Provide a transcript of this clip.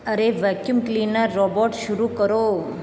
अरे vacuum cleaner robot शुरू करो